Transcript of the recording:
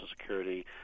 Security